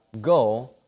go